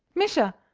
misha,